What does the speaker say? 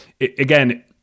again